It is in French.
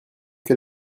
que